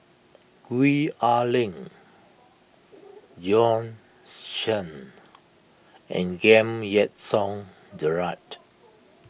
Gwee Ah Leng Bjorn Shen and Giam Yean Song Gerald